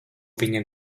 viņa